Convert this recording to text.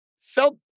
felt